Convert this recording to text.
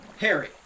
Harry